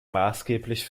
maßgeblich